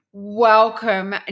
Welcome